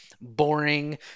boring